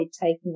taking